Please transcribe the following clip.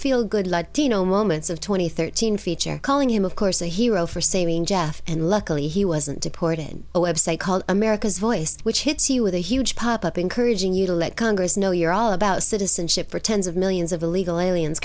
feel good latino moments of twenty thirteen feature calling him of course a hero for saving jeff and luckily he wasn't deported a website called america's voice which hits you with a huge pop up encouraging you to let congress know you're all about citizenship for tens of millions of illegal aliens